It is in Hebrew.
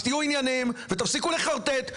אז תהיו ענייניים ותפסיקו לחרטט.